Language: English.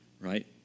right